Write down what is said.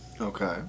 Okay